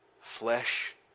flesh